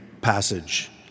passage